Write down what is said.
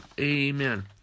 Amen